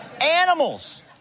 Animals